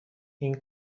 این